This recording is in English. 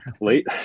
late